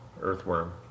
earthworm